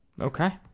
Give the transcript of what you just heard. Okay